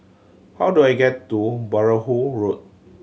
how do I get to Perahu Road